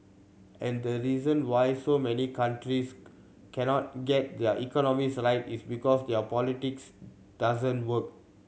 and the reason why so many countries cannot get their economies right it's because their politics doesn't work